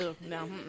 No